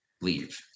leave